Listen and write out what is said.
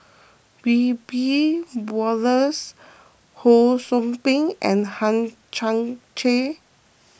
Wiebe Wolters Ho Sou Ping and Hang Chang Chieh